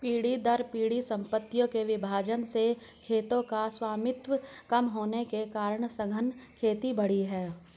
पीढ़ी दर पीढ़ी सम्पत्तियों के विभाजन से खेतों का स्वामित्व कम होने के कारण सघन खेती बढ़ी है